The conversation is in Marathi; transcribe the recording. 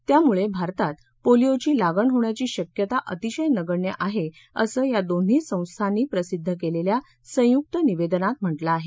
त्यामुळे भारतात पोलिओची लागण होण्याची शक्यता अतिशय नगण्य आहे असं या दोन्ही संस्थांनी प्रसिद्ध केलेल्या संयुक्त निवेदनात म्हटलं आहे